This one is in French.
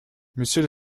monsieur